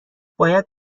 باید